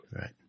Right